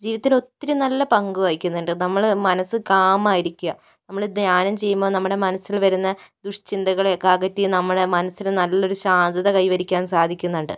ജീവിതത്തില് ഒത്തിരി നല്ല പങ്ക് വഹിക്കുന്നുണ്ട് നമ്മള് മനസ്സ് കാമായിരിക്കാന് നമ്മള് ധ്യാനം ചെയ്യുമ്പോൾ നമ്മുടെ മനസ്സിൽ വരുന്ന ദുഷ്ചിന്തകളെയൊക്കേ അകറ്റി നമ്മുടെ മനസ്സില് നല്ലൊരു ശാന്തത കൈവരിക്കാൻ സാധിക്കുന്നുണ്ട്